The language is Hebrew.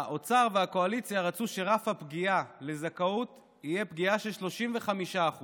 האוצר והקואליציה רצו שרף הפגיעה לזכאות יהיה פגיעה של 35%;